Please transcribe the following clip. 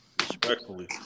Respectfully